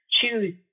choose